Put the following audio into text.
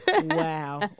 wow